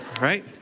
Right